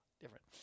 Different